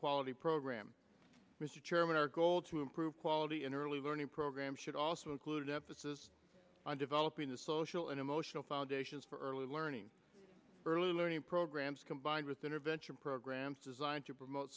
quality program mr chairman our goal to improve quality in early learning programs should also include epis is on developing the social and emotional foundations for early learning early learning programs combined with intervention programs designed to promote